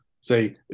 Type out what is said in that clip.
say